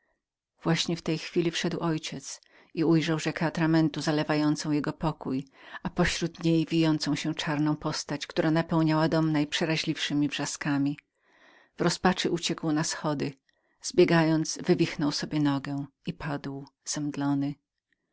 właśnie w tej chwili wchodził mój ojciec i ujrzał rzekę atramentu zalewającą jego pokój a pośród niej wijącą się czarną postać która napełniała dom najprzeraźliwszemi wrzaski w rozpaczy uciekł na wschody zbiegając wywichnął sobie nogę i padł zemdlony